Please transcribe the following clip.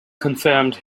confirmed